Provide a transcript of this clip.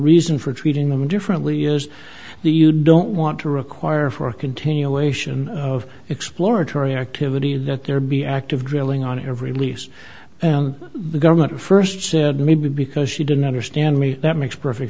reason for treating them differently is you don't want to require for a continuation of exploratory activity that there be active drilling on every lease the government st said maybe because she didn't understand me that makes perfect